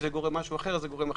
אם זה משהו אחר אז יחליט גורם אחר.